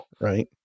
Right